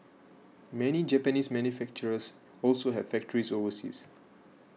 many Japanese manufacturers also have factories overseas